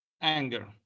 anger